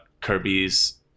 Kirby's